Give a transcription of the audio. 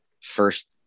first